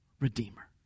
Redeemer